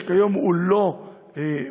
שכיום הוא לא מוסדר.